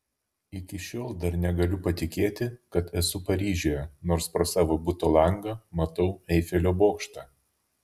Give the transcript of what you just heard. iki šiol dar negaliu patikėti kad esu paryžiuje nors pro savo buto langą matau eifelio bokštą